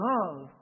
Love